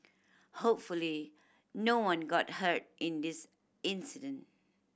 hopefully no one got hurt in this incident